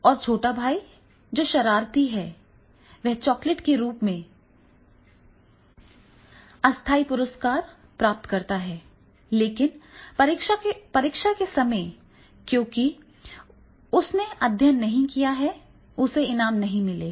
और छोटा भाई जो शरारती है और चॉकलेट के रूप में अस्थायी पुरस्कार प्राप्त करता है लेकिन परीक्षा के समय क्योंकि उसने अध्ययन नहीं किया है उसे इनाम नहीं मिलेगा